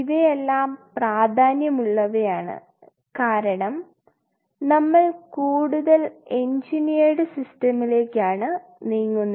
ഇവയെല്ലാം പ്രാധാന്യമുള്ളവയാണ് കാരണം നമ്മൾ കൂടുതൽ എൻജിനീയട് സിസ്റ്റമിലേക്കാണ് നീങ്ങുന്നത്